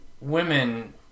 women